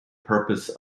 purpose